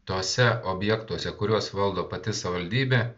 tuose objektuose kuriuos valdo pati savivaldybė